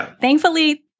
thankfully